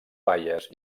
baies